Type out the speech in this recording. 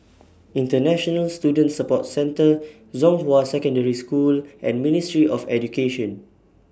International Student Support Centre Zhonghua Secondary School and Ministry of Education